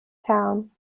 town